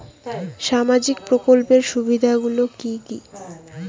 সামাজিক প্রকল্পের সুবিধাগুলি কি কি?